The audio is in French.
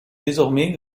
désormais